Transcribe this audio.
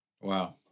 Wow